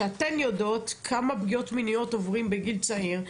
שאתן יודעות כמה פגיעות מיניות עוברים בגיל צעיר,